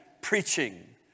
preaching